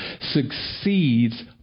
succeeds